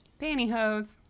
Pantyhose